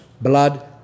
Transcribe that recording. blood